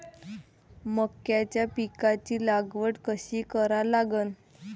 मक्याच्या पिकाची लागवड कशी करा लागन?